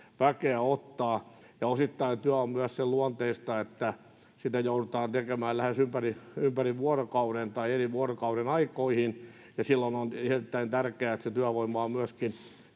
ottaa osittain työ on myös sen luonteista että sitä joudutaan tekemään lähes ympäri ympäri vuorokauden tai eri vuorokauden aikoihin ja silloin on erittäin tärkeää että se työvoima on myöskin